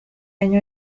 año